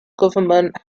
government